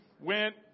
went